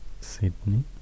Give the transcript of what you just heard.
Sydney